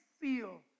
feel